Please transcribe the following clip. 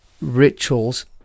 rituals